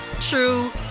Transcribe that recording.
true